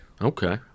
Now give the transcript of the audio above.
Okay